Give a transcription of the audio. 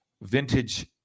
vintage